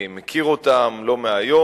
אני מכיר אותן לא מהיום.